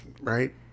Right